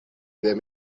them